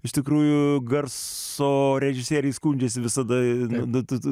iš tikrųjų garso režisieriai skundžiasi visada du tad